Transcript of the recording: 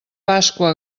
pasqua